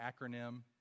acronym